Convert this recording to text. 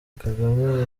kagame